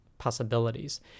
possibilities